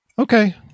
Okay